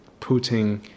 Putin